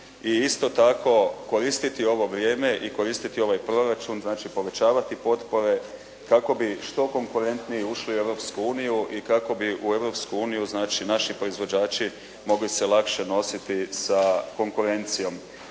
i isto tako koristiti ovo vrijeme i koristiti ovaj proračun, znači povećavati potpore kako bi što konkurentnije ušli u Europsku uniju i kako bi u Europsku uniju, znači naši proizvođači mogli se lakše nositi sa konkurencijom.